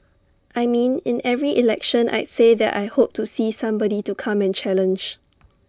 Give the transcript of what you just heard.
I mean in every election I'd say that I hope to see somebody to come and challenge